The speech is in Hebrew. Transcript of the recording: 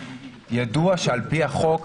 ידוע שעל פי החוק,